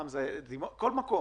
בכל פעם